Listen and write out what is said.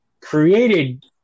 created